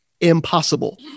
impossible